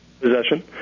Possession